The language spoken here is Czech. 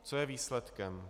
Co je výsledkem?